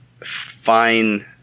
fine